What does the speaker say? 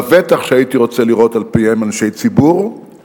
לבטח שהייתי רוצה לראות על-פיה אנשי ציבור,